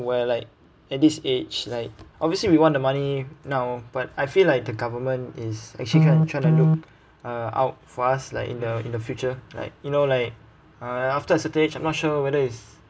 we're like at this age like obviously we want the money now but I feel like the government is actually kind of trying to look uh out fast like in the in the future like you know like uh after a certain age I'm not sure whether is